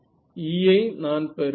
E ஐ நான் பெறுவேன்